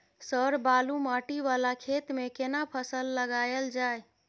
Sir बालू माटी वाला खेत में केना फसल लगायल जाय?